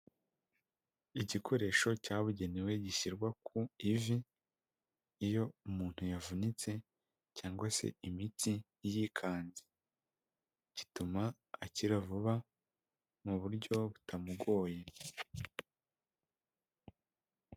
Igikoresho cyabugenewe gishyirwa ku ivi iyo umuntu yavunitse cyangwa se imitsi yikanze, gituma akira vuba mu buryo butamugoye.